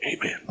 Amen